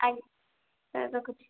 ଆଜ୍ଞା ରଖୁଛି